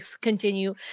continue